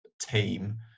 team